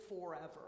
forever